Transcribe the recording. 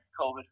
COVID